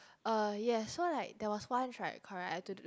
uh yes so like that was once right correct I to do